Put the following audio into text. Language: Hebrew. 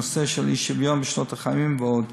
בנושא של אי-שוויון בתוחלת החיים ועוד,